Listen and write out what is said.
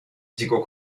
llegó